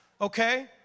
Okay